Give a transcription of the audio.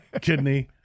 kidney